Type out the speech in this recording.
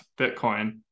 Bitcoin